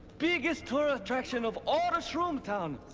biggest tourist attraction of all of shroom town.